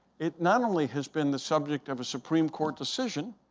it not only has been the subject of a supreme court decision,